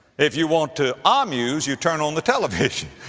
if you want to ah amuse, you turn on the television.